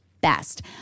best